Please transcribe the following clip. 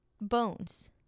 bones